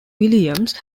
williams